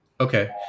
Okay